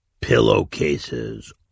pillowcases